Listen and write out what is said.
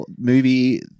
movie